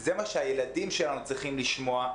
זה מה שהילדים שלנו צריכים לשמוע.